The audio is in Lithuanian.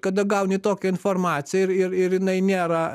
kada gauni tokią informaciją ir ir ir jinai nėra